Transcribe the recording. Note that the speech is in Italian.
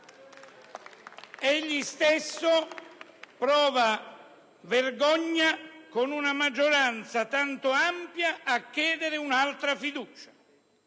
Egli stesso prova vergogna, con una maggioranza tanto ampia, a chiedere un'altra fiducia.